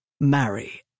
marry